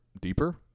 deeper